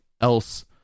else